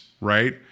right